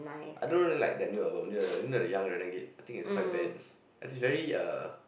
I don't really like their new album the you know the young renegade I think it's quite bad it's very uh